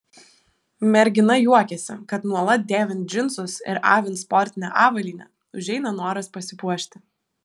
mergina juokiasi kad nuolat dėvint džinsus ir avint sportinę avalynę užeina noras pasipuošti